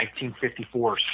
1954